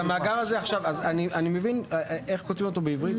אז אני מבין איך כותבים אותו בעברית,